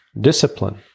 discipline